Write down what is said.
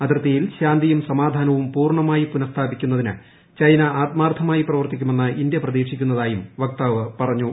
അതിർത്തിയിൽ ശ്ലാന്തിയും സമാധാനവും പൂർണമായി പുനസ്ഥാപിക്കുന്നതീന് ചൈന ആത്മാർത്ഥമായി പ്രവർത്തിക്കുമെന്ന് ഇന്ത്യ പ്രിത്യീക്ഷിക്കുന്നതായും വക്താവ് പറഞ്ഞു